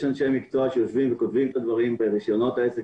יש אנשי מקצוע שיושבים וכותבים את הדברים ברישיונות עסק